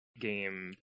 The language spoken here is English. game